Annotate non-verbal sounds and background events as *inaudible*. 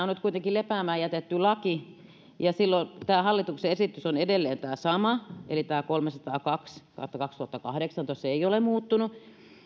*unintelligible* on kuitenkin lepäämään jätetty laki ja siten tämä hallituksen esitys on edelleen sama eli kolmesataakaksi kautta kaksituhattakahdeksantoista se ei ole muuttunut